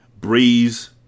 Breeze